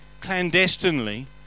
clandestinely